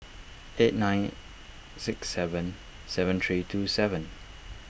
eight nine six seven seven three two seven